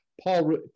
Paul